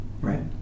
Right